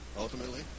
ultimately